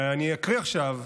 ואני אקריא עכשיו,